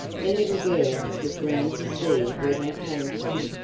the little girl looked round to see where they came from,